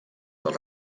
del